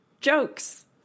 jokes